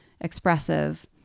expressive